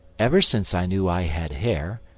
ever since i knew i had hair,